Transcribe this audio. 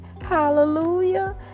hallelujah